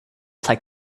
take